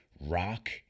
rock